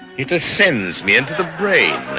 he just sends me into the brain,